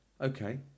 Okay